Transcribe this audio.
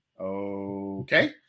Okay